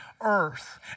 earth